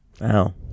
Wow